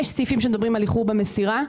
יש סעיפים שמדברים על איחור במסירה.